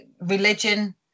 religion